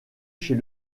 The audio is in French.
chez